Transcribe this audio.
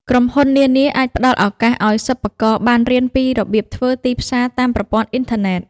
ក្រុមហ៊ុននានាអាចផ្តល់ឱកាសឱ្យសិប្បករបានរៀនពីរបៀបធ្វើទីផ្សារតាមប្រព័ន្ធអ៊ីនធឺណិត។